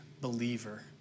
believer